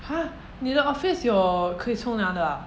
!huh! 你的 office 有可以冲凉的 ah